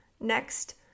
Next